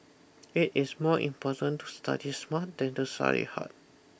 it is more important to study smart than to study hard